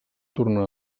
tornar